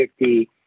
50